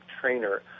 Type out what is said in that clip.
trainer